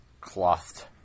Clothed